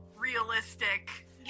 Realistic